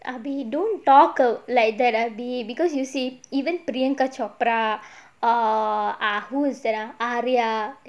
erby don't talk like that erby because you see even priyanka chopra err ah who is that aria